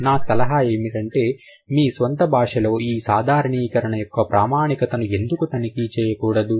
నా సలహా ఏమిటంటే మీ స్వంత భాషలో ఈ సాధారణీకరణ యొక్క ప్రామాణికతను ఎందుకు తనిఖీ చేయకూడదు